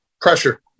Pressure